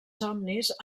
somnis